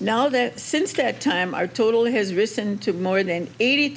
now that since that time our total has risen to more than eighty